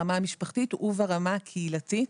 המשפחתית והקהילתית.